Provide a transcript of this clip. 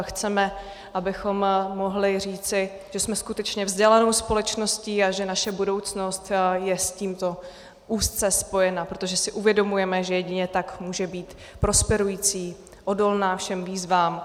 Chceme, abychom mohli říci, že jsme skutečně vzdělanou společností a že naše budoucnost je s tímto úzce spojena, protože si uvědomujeme, že jedině tak může být prosperující, odolná všem výzvám.